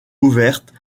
ouvertes